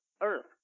earth